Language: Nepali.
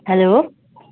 हेलो